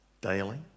daily